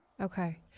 Okay